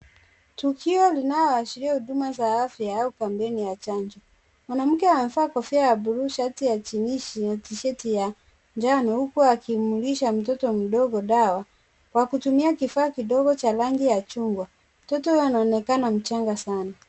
Tukio linaloashiria huduma za afya au kampeni ya chanjo. Mwanamke amevaa kofia ya bluu, shati ya jinsi na tishati ya njano huku akimulisha mtoto mdogo dawa, kwa kutumia kifaa kidogo cha rangi ya chungwa. Mtoto huyo anaonekana mchanga sana.